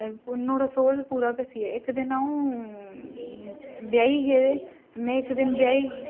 नुहाड़ा सौल पूरा घसी गेआ इक दिन आ'ऊं ब्याह् ई गेदे में इक दिन ब्याह् ई